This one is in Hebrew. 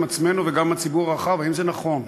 עצמנו וגם עם הציבור הרחב: האם זה נכון?